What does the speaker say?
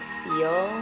feel